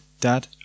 dad